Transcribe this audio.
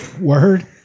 Word